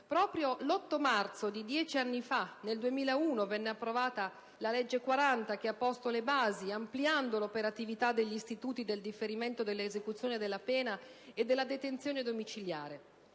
Proprio l'8 marzo di dieci anni fa, nel 2001, venne approvata la legge n. 40 che ha posto le basi, ampliando l'operatività degli istituti del differimento dell'esecuzione della pena e della detenzione domiciliare.